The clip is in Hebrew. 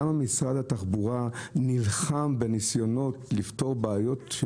כמה משרד התחבורה נלחם בניסיונות לפתור בעיות של